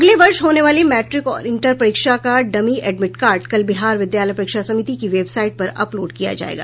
अगले वर्ष होने वाली मैट्रिक और इंटर परीक्षा का डमी एडमिट कार्ड कल बिहार विद्यालय परीक्षा समिति की वेबसाइट पर अपलोड किया जायेगा